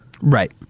Right